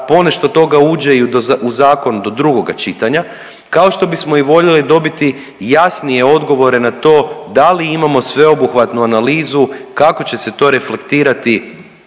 ponešto od toga uđe i u zakon do drugoga čitanja, kao što bismo i voljeli dobiti jasnije odgovore na to da li imamo sveobuhvatnu analizu kako će se to reflektirati